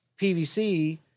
PVC